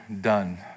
done